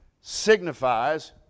signifies